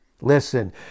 listen